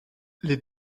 les